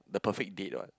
the perfect date what